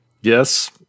Yes